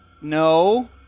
no